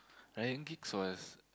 Ryan-Giggs was